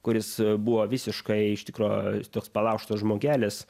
kuris buvo visiškai iš tikro jis toks palaužtas žmogelis